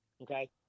Okay